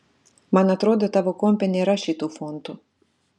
man atrodo tavo kompe nėra šitų fontų